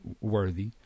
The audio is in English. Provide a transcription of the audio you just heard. worthy